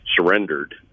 surrendered